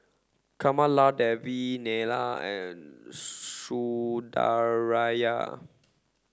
Kamaladevi Neila and Sundaraiah